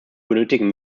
benötigen